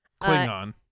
Klingon